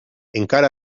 encara